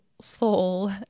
soul